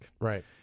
Right